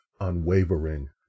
unwavering